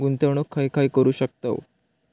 गुंतवणूक खय खय करू शकतव?